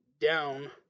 down